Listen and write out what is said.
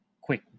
quick